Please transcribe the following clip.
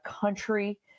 country